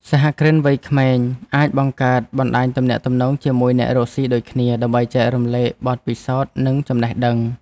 សហគ្រិនវ័យក្មេងអាចបង្កើតបណ្តាញទំនាក់ទំនងជាមួយអ្នករកស៊ីដូចគ្នា ដើម្បីចែករំលែកបទពិសោធន៍និងចំណេះដឹង។